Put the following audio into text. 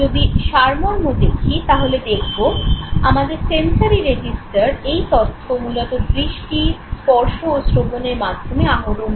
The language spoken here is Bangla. যদি সারমর্ম দেখি তাহলে দেখবো আমাদের সেন্সরি রেজিস্টার এই তথ্য মূলত দৃষ্টি স্পর্শ ও শ্রবণের মাধ্যমে আহরণ করে